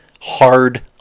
hard